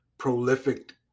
prolific